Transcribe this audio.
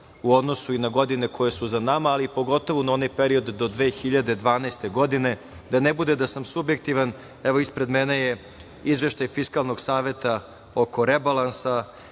u odnosu i na godine koje su za nama, ali pogotovo na onaj period do 2012. godine, da ne bude da sam subjektivan, evo, ispred mene je Izveštaj Fiskalnog saveta oko rebalansa,